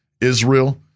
Israel